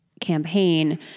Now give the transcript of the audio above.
campaign